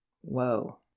whoa